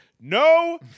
no